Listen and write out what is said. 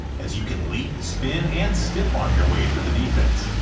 as you can leap, spin, and stiff-arm your way through the defense.